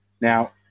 Now